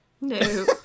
No